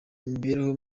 imibereho